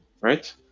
right